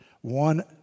One